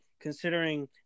considering